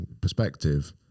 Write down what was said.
perspective